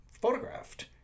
photographed